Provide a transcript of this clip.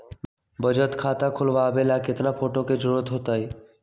बचत खाता खोलबाबे ला केतना फोटो के जरूरत होतई?